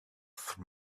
from